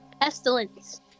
pestilence